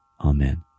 Amen